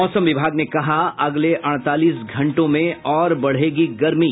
मौसम विभाग ने कहा अगले अड़तालीस घंटे में और बढ़ेगी गर्मी